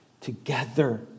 together